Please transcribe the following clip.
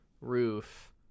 roof